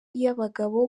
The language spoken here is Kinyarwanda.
iy’abagabo